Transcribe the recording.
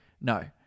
No